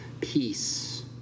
peace